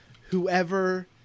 whoever